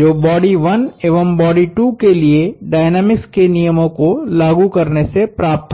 जो बॉडी 1 एवं बॉडी 2 के लिए डायनामिक्स के नियमों को लागू करने से प्राप्त होते है